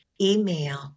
email